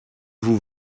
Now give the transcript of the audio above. vous